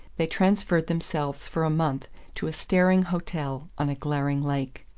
they transferred themselves for a month to a staring hotel on a glaring lake.